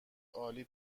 عالی